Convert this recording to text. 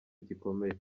gikomeye